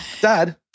Dad